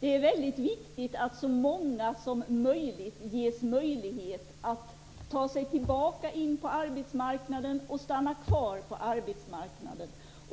Det är viktigt att så många som möjligt kan ta sig tillbaka till arbetsmarknaden och stanna kvar där.